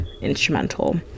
instrumental